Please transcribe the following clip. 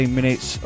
minutes